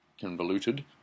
convoluted